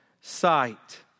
sight